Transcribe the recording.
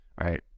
right